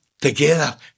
together